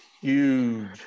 huge